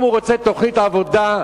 אם הוא רוצה תוכנית עבודה,